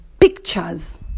pictures